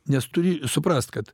nes turi suprast kad